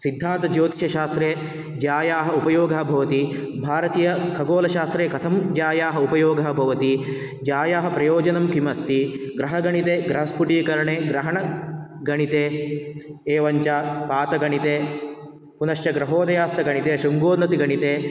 सिद्धान्तज्योतिषशास्त्रे ज्यायाः उपयोगः भवति भारतीयखगोलशास्त्रे कथं ज्यायाः उपयोगः भवति ज्यायाः प्रयोजनं किमस्ति ग्रहगणिते ग्रहस्फुटीकरणे ग्रहणगणिते एवञ्च पातगणिते पुनश्च ग्रहोदयास्तगणिते शुम्भोर्नति गणिते